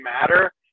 matter